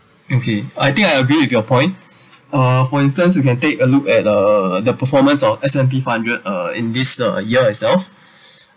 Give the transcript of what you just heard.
okay I think I agree with your point uh for instance you can take a look at uh the performance of S and P five hundred uh in this uh year itself